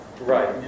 Right